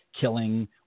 killing